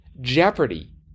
jeopardy